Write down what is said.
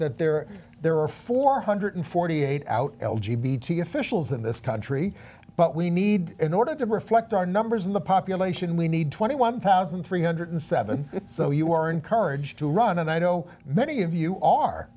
that there are there are four hundred and forty eight out l g b t officials in this country but we need in order to reflect our numbers in the population we need twenty one thousand three hundred and seven so you are encouraged to run and i know many of you